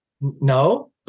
No